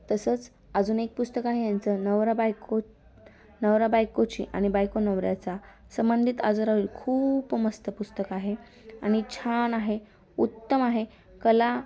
तसंच अजून एक पुस्तक आहे यांचं नवरा बायको नवरा बायकोची आणि बायको नवऱ्याचा संबंधित आधारा वरील खूप मस्त पुस्तक आहे आणि छान आहे उत्तम आहे कला